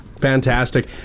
Fantastic